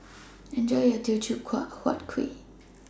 Enjoy your Teochew Huat Kuih